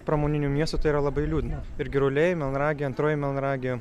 pramoniniu miestu tai yra labai liūdna ir giruliai melnragė antroji melnragė